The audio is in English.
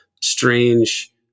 strange